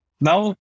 Now